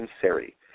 sincerity